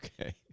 Okay